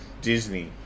Disney